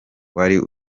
wari